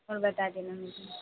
और बता देना मुझे